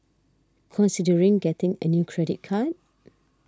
considering getting a new credit card